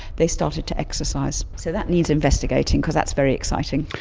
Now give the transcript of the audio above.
they started to exercise. so that needs investigating because that's very exciting.